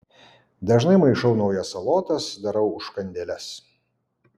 dažnai maišau naujas salotas darau užkandėles